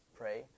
pray